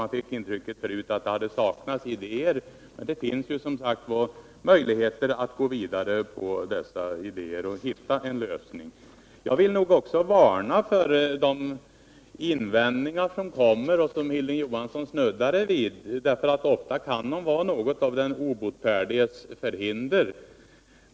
Man fick förut ett intryck av att det skulle ha saknats idéer, men det finns som sagt möjligheter att gå vidare med dessa idéer och att hitta en lösning. Jag vill också varna för att de invändningar som kan komma att resas och som Hilding Johansson snuddade vid kan vara något av den obotfärdiges förhinder.